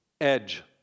edge